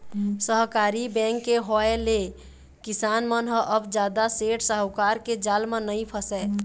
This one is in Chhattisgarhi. सहकारी बेंक के होय ले किसान मन ह अब जादा सेठ साहूकार के जाल म नइ फसय